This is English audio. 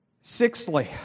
Sixthly